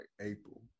April